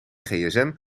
gsm